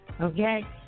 okay